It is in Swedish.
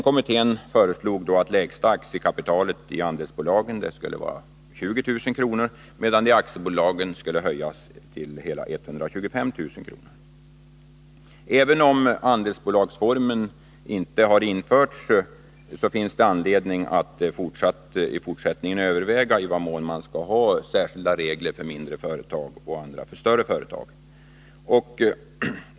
Kommittén föreslog att lägsta aktiekapital i andelsbolagen skulle vara 20 000 kr., medan det i aktiebolagen skulle höjas till hela 125 000 kr. Även om andelsbolagsformen inte har införts, finns det anledning att i fortsättningen överväga i vad mån man skall ha särskilda regler för mindre företag och andra för större företag.